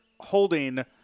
holding